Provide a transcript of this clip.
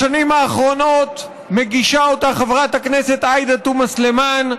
בשנים האחרונות מגישה אותה חברת הכנסת עאידה תומא סלימאן,